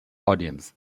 audience